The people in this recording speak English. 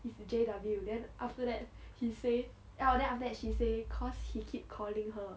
is J_W then after that he say ah then after that she said cause he keep calling her